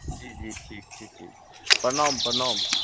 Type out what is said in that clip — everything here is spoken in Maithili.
जी जी ठीक छै ठीक छै प्रणाम प्रणाम